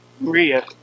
Maria